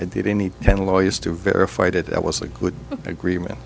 i didn't need ten lawyers to verify that i was a good agreement